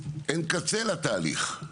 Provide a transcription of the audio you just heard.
אין קצה לתהליך.